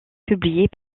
publiées